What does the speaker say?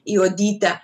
į odytę